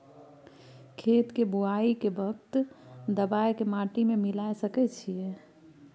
खेत के बुआई के वक्त दबाय के माटी में मिलाय सके छिये?